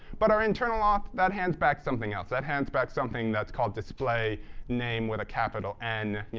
but our internal auth that hands back something else. that hands back something that's called display name, with a capital n, yeah